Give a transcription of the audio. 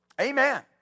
Amen